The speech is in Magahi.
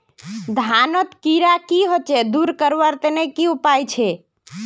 धानोत कीड़ा की होचे दूर करवार तने की उपाय छे?